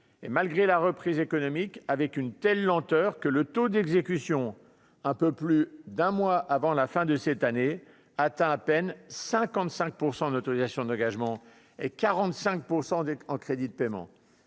malgré la reprise économique avec une telle lenteur que le taux d'exécution, un peu plus d'un mois avant la fin de cette année atteint à peine 55 % d'autorisations d'engagement et 45 % en crédits de paiement,